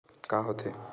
का होथे?